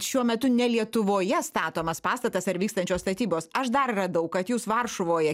šiuo metu ne lietuvoje statomas pastatas ar vykstančios statybos aš dar radau kad jūs varšuvoje